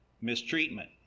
mistreatment